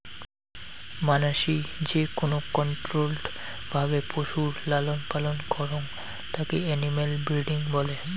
মানাসি যেকোন কন্ট্রোল্ড ভাবে পশুর লালন পালন করং তাকে এনিম্যাল ব্রিডিং বলে